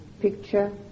picture